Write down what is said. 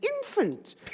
infant